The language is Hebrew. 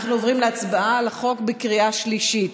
אנחנו עוברים להצבעה על החוק בקריאה שלישית.